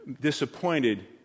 disappointed